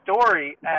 story